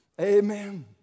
Amen